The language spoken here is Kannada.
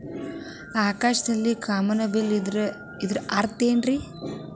ಆಕಾಶದಲ್ಲಿ ಕಾಮನಬಿಲ್ಲಿನ ಇದ್ದರೆ ಅದರ ಅರ್ಥ ಏನ್ ರಿ?